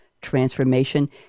transformation